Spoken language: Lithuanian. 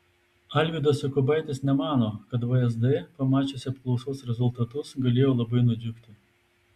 alvydas jokubaitis nemano kad vsd pamačiusi apklausos rezultatus galėjo labai nudžiugti